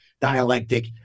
dialectic